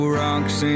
rocks